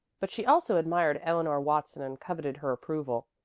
but she also admired eleanor watson and coveted her approval.